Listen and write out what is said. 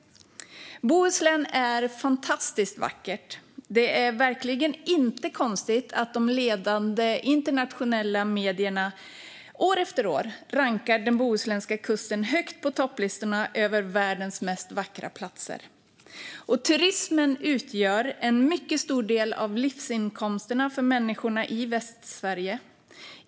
Bohuslän är fantastiskt vackert. Det är verkligen inte konstigt att ledande internationella medier år efter år rankar den bohuslänska kusten högt på topplistorna över världens vackraste platser. Turismen utgör en mycket stor del av livsinkomsterna för människorna i Västsverige.